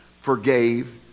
forgave